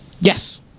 Yes